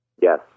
Yes